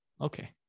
okay